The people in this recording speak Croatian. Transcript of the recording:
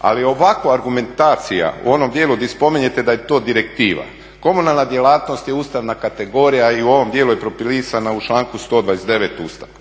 Ali ovakva argumentacija u onom dijelu gdje spominjete da je to direktiva komunalna djelatnost je ustavna kategorija i u ovom dijelu je propisana u članku 129. Ustava.